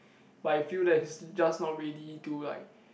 but I feel that he's just not ready to like